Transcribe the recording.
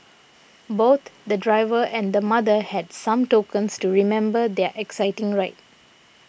both the driver and the mother had some tokens to remember their exciting ride